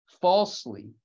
falsely